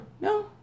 No